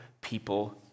people